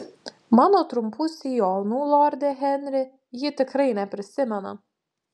mano trumpų sijonų lorde henri ji tikrai neprisimena